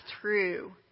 true